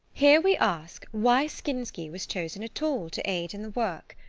here, we ask why skinsky was chosen at all to aid in the work?